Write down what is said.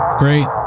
Great